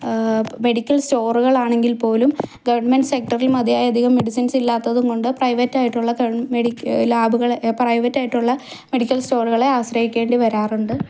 medical സ്റ്റോറുകൾ ആണെങ്കിൽ പോലും ഗവൺമെൻറ് സെക്ടറിൽ മതിയായ അധികം മെഡിസിൻസ് ഇല്ലാത്തതുകൊണ്ട് പ്രൈവറ്റ് ആയിട്ടുള്ള ഗവ് മെഡിക്കൽ ലാബുകൾ പ്രൈവറ്റ് ആയിട്ടുള്ള മെഡിക്കൽ സ്റ്റോറുകളെ ആശ്രയിക്കേണ്ടി വരാറുണ്ട്